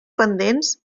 pendents